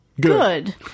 good